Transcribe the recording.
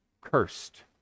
cursed